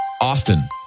Austin